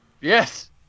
Yes